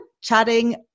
chatting